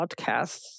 podcasts